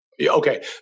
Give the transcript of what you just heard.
Okay